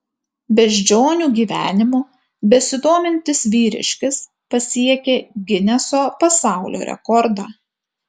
beždžionių gyvenimu besidomintis vyriškis pasiekė gineso pasaulio rekordą